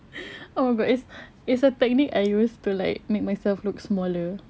oh my god it's it's a technique I use to like make myself look smaller